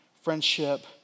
friendship